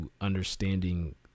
understanding